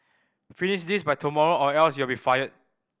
finish this by tomorrow or else you'll be fired